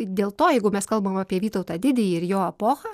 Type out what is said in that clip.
dėl to jeigu mes kalbam apie vytautą didįjį ir jo epochą